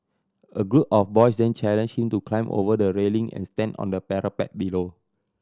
a group of boys then challenged him to climb over the railing and stand on the parapet below